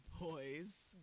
boys